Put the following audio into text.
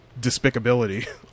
despicability